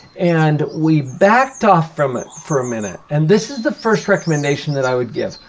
and we've backed off from it for a minute. and this is the first recommendation that i would give.